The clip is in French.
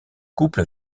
couple